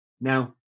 now